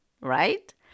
right